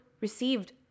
received